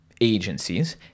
agencies